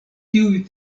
tiuj